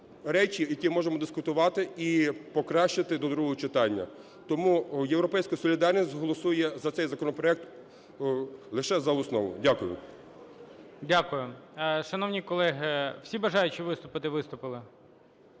речі, які можемо дискутувати і покращити до другого читання. Тому "Європейська солідарність" голосує за цей законопроект лише за основу. Дякую. ГОЛОВУЮЧИЙ. Дякую. Шановні колеги, всі бажаючі виступити виступили?